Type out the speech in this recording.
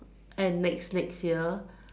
and next next year